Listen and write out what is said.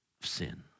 sin